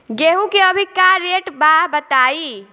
गेहूं के अभी का रेट बा बताई?